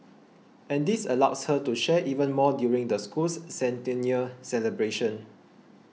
and this allows her to share even more during the school's centennial celebrations